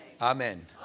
Amen